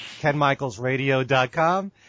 KenMichaelsRadio.com